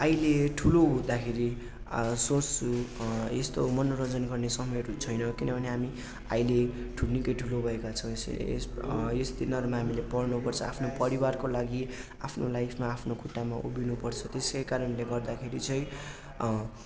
अहिले ठुलो हुँदाखेरि सोच्छु यस्तो मनोरञ्जन गर्ने समयहरू छैन किनभने हामी अहिले ठू निकै ठुलो भएका छौँ यस उमेरमा हामीले पढ्नुपर्छ आफ्नो परिवारको लागि आफ्नो लाइफमा आफ्नो खुट्टामा उभिनुपर्छ त्यसै कारणले गर्दाखेरि चाहिँ